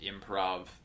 improv